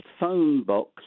Phonebox